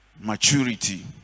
maturity